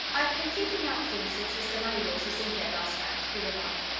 i've been thinking out things since mr. moneylaws was in here last night, he remarked.